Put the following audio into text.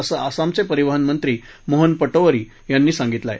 असं आसामचे परिवहन मंत्री मोहन पटोवरी यांनी सांगितलं आहे